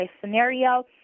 scenario